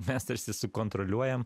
mes tarsi sukontroliuojam